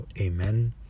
Amen